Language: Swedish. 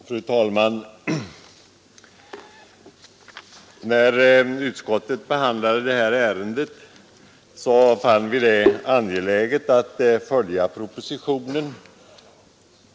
Fru talman! När vi har behandlat detta ärende i kulturutskottet har vi funnit det angeläget att följa propositionen.